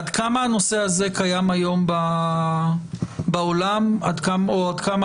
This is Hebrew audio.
עד כמה הנושא הזה קיים היום בעולם או עד כמה